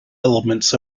elements